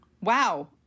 Wow